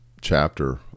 chapter